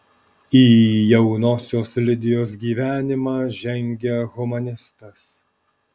į jaunosios lidijos gyvenimą žengia humanistas